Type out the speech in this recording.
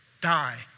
die